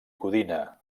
codina